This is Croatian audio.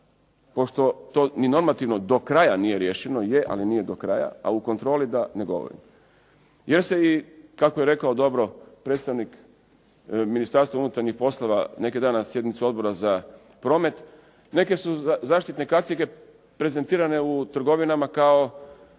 Pošto to ni normativno nije riješeno, je ali nije do kraja. A o kontroli da ne govorim. Jer se i kako je rekao dobro predstavnik Ministarstva unutarnjih poslova neki dan na sjednici Odbora za promet, neke su zaštitne kacige prezentirane u trgovinama kao